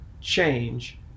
change